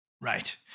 Right